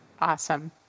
Awesome